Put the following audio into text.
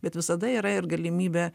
bet visada yra ir galimybė